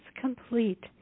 complete